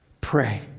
pray